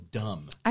dumb